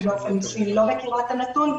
אני, באופן אישי, לא מכירה את הנתון.